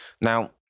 Now